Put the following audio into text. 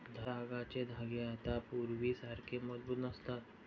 तागाचे धागे आता पूर्वीसारखे मजबूत नसतात